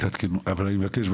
אבל אני מבקש,